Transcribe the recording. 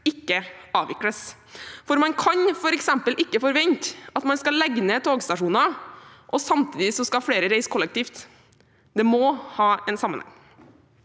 ikke avvikles. Man kan f.eks. ikke forvente at man skal legge ned togstasjoner samtidig som flere skal reise kollektivt. Det må være en sammenheng.